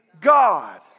God